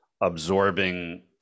absorbing